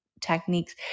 techniques